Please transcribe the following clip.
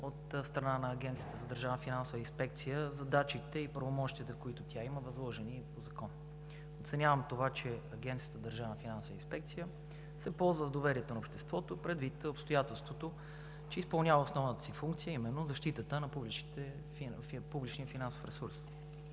от страна на Агенцията за държавна финансова инспекция на задачите и правомощията, които тя има, възложени ѝ по закон. Оценявам това, че Агенцията за държавна финансова инспекция се ползва с доверието на обществото предвид обстоятелството, че изпълнява основната си функция, а именно защитата на публичния финансов ресурс.